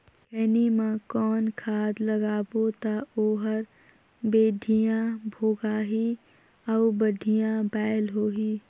खैनी मा कौन खाद लगाबो ता ओहार बेडिया भोगही अउ बढ़िया बैल होही?